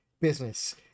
business